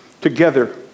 together